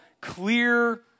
clear